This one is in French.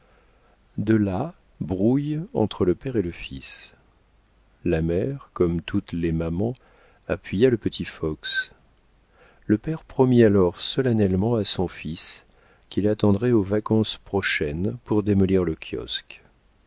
de là brouille entre le père et le fils la mère comme toutes les mamans appuya le petit fox le père promit alors solennellement à son fils qu'il attendrait aux vacances prochaines pour démolir le kiosque